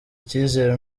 icyizere